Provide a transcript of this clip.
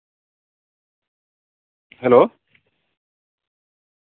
hello